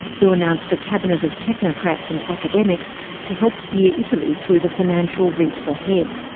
who announced a cabinet of technocrats and academics to help steer italy through the financial reefs ahead.